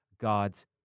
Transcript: God's